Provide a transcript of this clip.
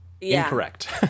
incorrect